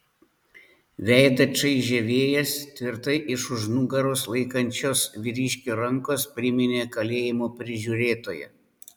veidą čaižė vėjas tvirtai iš už nugaros laikančios vyriškio rankos priminė kalėjimo prižiūrėtoją